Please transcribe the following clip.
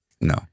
No